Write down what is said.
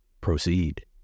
Proceed